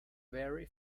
very